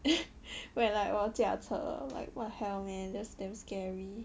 when like 我驾车 like what hell man that's damn scary